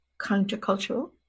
countercultural